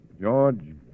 George